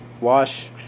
wash